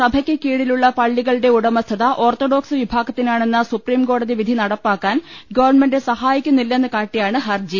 സഭയ്ക്ക് കീഴിലുള്ള പള്ളികളുടെ ഉടമസ്ഥത ഓർത്തഡോക്സ് വിഭാഗത്തിനാണെന്ന സുപ്രീം കോടതി വിധി നടപ്പാക്കാൻ ഗവൺമെന്റ് സഹായിക്കുന്നില്ലെന്ന് കാട്ടിയാണ് ഹർജി